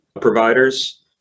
providers